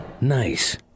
Nice